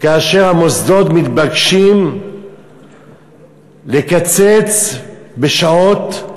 והמוסדות מתבקשים לקצץ בשעות,